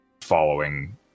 following